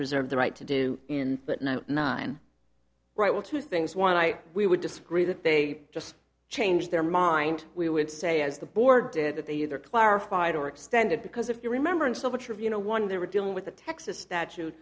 reserve the right to do in but no nine right well two things one i we would disagree that they just changed their mind we would say as the board did that they either clarified or extended because if you remember in so much of you know one they were dealing with the texas statute